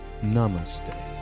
Namaste